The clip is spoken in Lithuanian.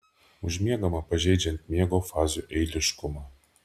užmiegama pažeidžiant miego fazių eiliškumą